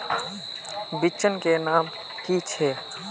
बिचन के नाम की छिये?